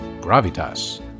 gravitas